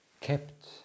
kept